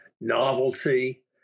novelty